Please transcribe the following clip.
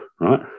right